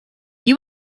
you